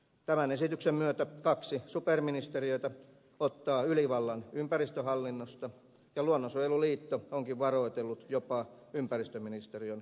tämän esityksen myötä kaksi superministeriötä ottaa ylivallan ympäristöhallinnosta ja luonnonsuojeluliitto onkin varoitellut jopa ympäristöministeriön lopettamisesta